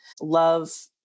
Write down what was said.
love